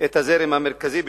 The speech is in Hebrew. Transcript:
את הזרם המרכזי בתוכה.